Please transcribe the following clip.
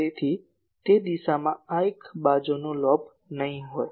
તેથી તે કિસ્સામાં આ એક બાજુનું લોબ નહીં હોય